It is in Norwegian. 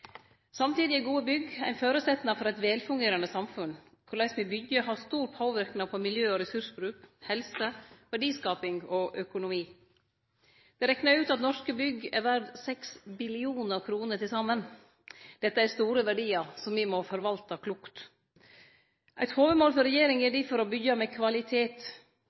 Samtidig er gode bygg ein føresetnad for eit velfungerande samfunn. Korleis me byggjer har stor påverknad på miljø og ressursbruk, helse, verdiskaping og økonomi. Det er rekna ut at norske bygg er verd seks billionar kroner til saman. Dette er store verdiar som me må forvalte klokt. Eit hovudmål for regjeringa er difor å byggje med kvalitet.